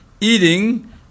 eating